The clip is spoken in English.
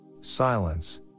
silence